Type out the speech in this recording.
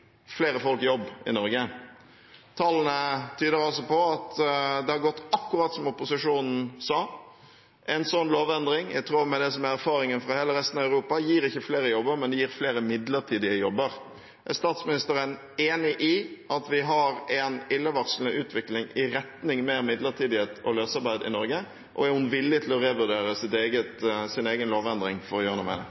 flere folk jobb i Norge. Tallene tyder altså på at det har gått akkurat som opposisjonen sa: En sånn lovendring – i tråd med det som er erfaringen fra hele resten av Europa – gir ikke flere jobber, men gir flere midlertidige jobber. Er statsministeren enig i at vi har en illevarslende utvikling i retning mer midlertidighet og løsarbeid i Norge, og er hun villig til å revurdere sin egen lovendring for å gjøre noe med det?